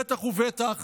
בטח ובטח